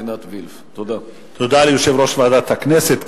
תודה ליושב-ראש ועדת הכנסת.